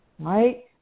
Right